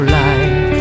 life